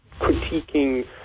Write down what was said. critiquing